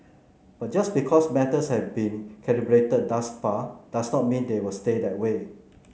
but just because matters have been calibrated thus far does not mean they will stay that way